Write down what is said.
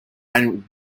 and